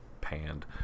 panned